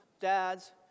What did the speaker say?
dads